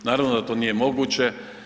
Naravno da to nije moguće.